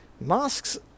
masks